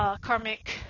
karmic